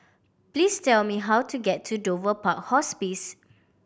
please tell me how to get to Dover Park Hospice